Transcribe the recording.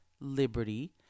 liberty